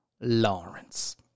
Lawrence